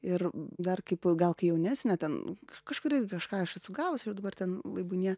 ir dar kaip gal kai jaunesnė ten kažkurį kažką aš esu gavus ir dabar ten laibūnie